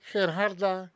Gerharda